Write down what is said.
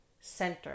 center